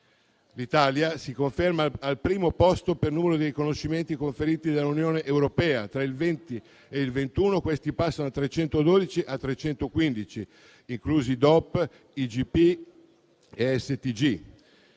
L'Italia si conferma al primo posto per numero di riconoscimenti conferiti dall'Unione europea: tra il 2020 e il 2021 questi passano da 312 a 315, inclusi DOP, IGP e STG.